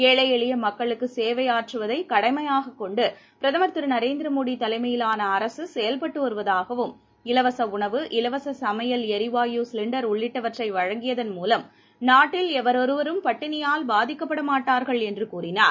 ஏழை எளியமக்களுக்குசேவையாற்றுவதைகடமையாககொண்டுபிரதமா் நரேந்திரமோடிதலைமையிலானஅரசுசெயல்பட்டுவருவதாகவும் திரு இலவசஉணவு இலவசசமையல் சிலிண்டர் எரிவாயு உள்ளிட்டவற்றைவழங்கியதன் மூலம் நாட்டில் எவரொவரும் பட்டினியால் பாதிக்கப்படமாட்டார்கள் என்றுகூறினார்